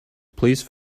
please